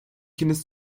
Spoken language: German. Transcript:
kindes